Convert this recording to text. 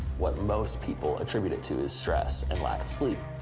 what most people attribute it to is stress and lack of sleep.